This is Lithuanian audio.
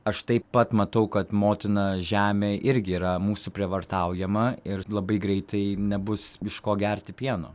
aš taip pat matau kad motina žemė irgi yra mūsų prievartaujama ir labai greitai nebus iš ko gerti pieno